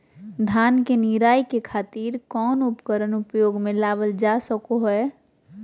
धान के निराई के खातिर कौन उपकरण उपयोग मे लावल जा सको हय?